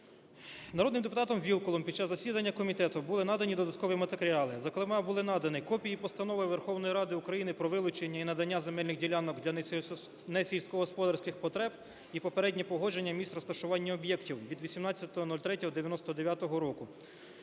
Народним депутатом Вілкулом під час засідання комітету були надані додаткові матеріали. Зокрема, були надані копії Постанови Верховної Ради України про вилучення і надання земельних ділянок для несільськогосподарських потреб і попереднє погодження місць розташування об'єктів від 18.03.1999 року.